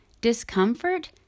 discomfort